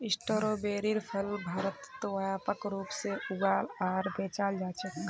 स्ट्रोबेरीर फल भारतत व्यापक रूप से उगाल आर बेचाल जा छेक